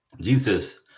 Jesus